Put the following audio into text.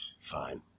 Fine